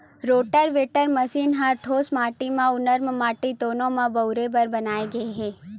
rotavator machine ह ठोस माटी अउ नरम माटी दूनो म बउरे बर बनाए गे हे